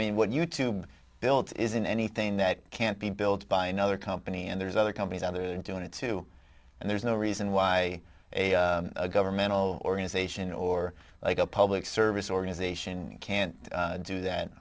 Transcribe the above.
mean what you tube built isn't anything that can't be built by another company and there's other companies other than doing it too and there's no reason why a governmental organization or like a public service organization can't do that